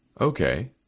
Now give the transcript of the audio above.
Okay